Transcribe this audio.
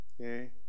okay